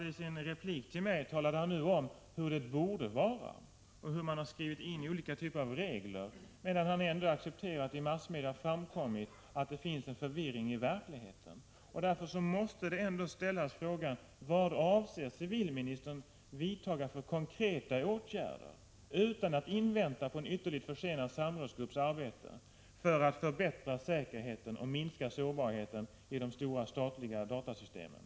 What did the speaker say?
I sin replik till mig talade han nu om hur det borde vara och hur detta har skrivits in i olika typer av regler. Men ändå accepterar han att det, som framkommit i massmedia, i verkligheten råder förvirring.